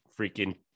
freaking